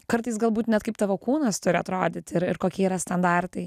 kartais galbūt net kaip tavo kūnas turi atrodyt ir ir kokie yra standartai